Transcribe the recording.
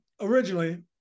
originally